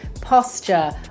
posture